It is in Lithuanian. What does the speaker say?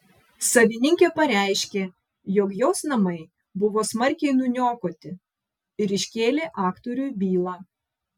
savininkė pareiškė jog jos namai buvo smarkiai nuniokoti ir iškėlė aktoriui bylą